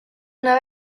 know